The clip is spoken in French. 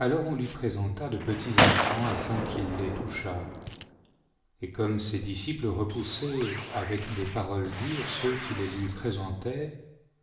alors on lui présenta de petits enfants afin qu'il les touchât et comme ses disciples repoussaient avec des paroles rudes ceux qui les lui présentaient